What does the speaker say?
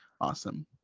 awesome